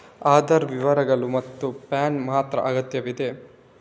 ಆಧಾರ್ ವಿವರಗಳು ಮತ್ತು ಪ್ಯಾನ್ ಮಾತ್ರ ಅಗತ್ಯವಿದೆ